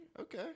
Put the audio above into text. Okay